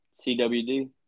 CWD